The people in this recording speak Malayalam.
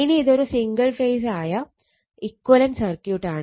ഇനി ഇതൊരു സിംഗിൾ ഫേസ് ആയ ഇക്വലന്റ് സർക്യൂട്ടാണ്